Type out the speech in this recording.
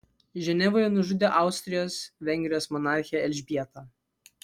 ženevoje nužudė austrijos vengrijos monarchę elžbietą